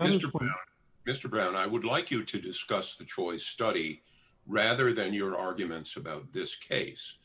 mr brown i would like you to discuss the choice study rather than your arguments about this case